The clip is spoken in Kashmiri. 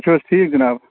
تُہۍ چھُ حظ ٹھیٖک جِناب